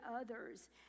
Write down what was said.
others